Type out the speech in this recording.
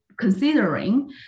considering